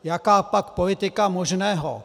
Jakápak politika možného?